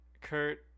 Kurt